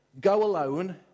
go-alone